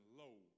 low